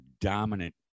dominant